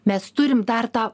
mes turim dar tą